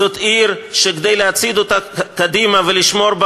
זאת עיר שכדי להצעיד אותה קדימה ולשמור בה